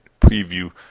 preview